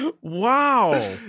Wow